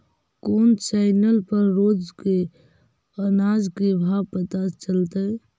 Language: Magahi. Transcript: कोन चैनल पर रोज के अनाज के भाव पता चलतै?